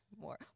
more